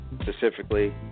specifically